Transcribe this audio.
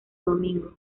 domingo